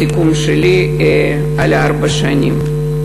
בסיכום שלי, על ארבע השנים.